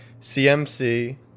CMC